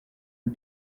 une